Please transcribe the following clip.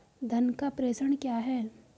धन का प्रेषण क्या है?